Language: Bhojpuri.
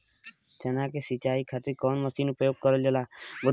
चना के सिंचाई खाती कवन मसीन उपयोग करल जाला?